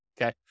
okay